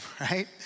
right